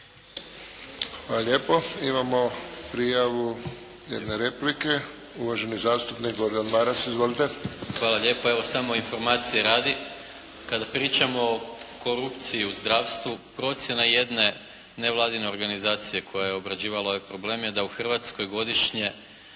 Hvala lijepo. Imamo prijavu jedne replike, uvaženi zastupnik Gordan Maras. Izvolite. **Maras, Gordan (SDP)** Hvala lijepa. Evo samo informacije radi. Kada pričamo o korupciji u zdravstvu, procjena jedne nevladine organizacije koja je obrađivala ovaj problem je da u Hrvatskoj godišnje